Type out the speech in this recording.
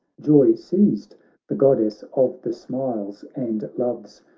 joy seized the goddess of the smiles and loves,